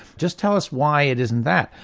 just tell us why it isn't that.